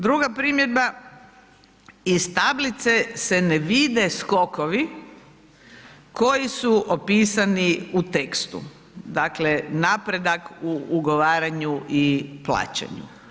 Druga primjedba, iz tablice se ne vide skokovi koji su opisani u tekstu, dakle napredak u ugovaranju i plaćanju.